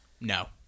No